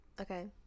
Okay